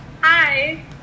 Hi